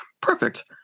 Perfect